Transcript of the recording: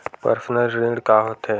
Personal ऋण का होथे?